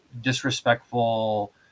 disrespectful